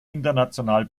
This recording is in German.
international